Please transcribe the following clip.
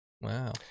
Wow